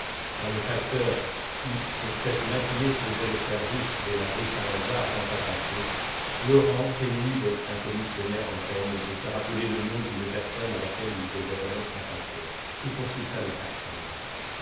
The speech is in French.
quand le facteur qui pour cette matinée faisait le service de la rue saint-lazare vint à passer laurent feignit d'être un commissionnaire en peine de se rappeler le nom d'une personne à laquelle il devait remettre un paquet et consulta le facteur